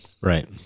Right